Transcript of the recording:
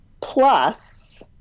plus